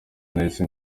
nahise